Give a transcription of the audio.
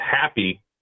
happy